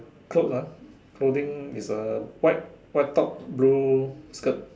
clothes ah clothing is a white white top blue skirt